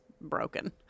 broken